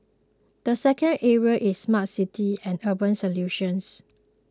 the second area is smart cities and urban solutions